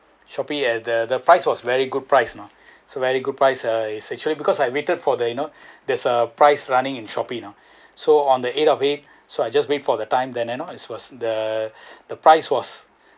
Shopee at the the price was very good price you know so very good price uh is actually because I waited for they know there's a price running in Shopee you know so on the eight of it so I just wait for the time and then you know the the price was